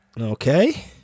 okay